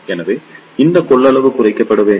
எனவே இந்த கொள்ளளவு குறைக்கப்பட வேண்டும்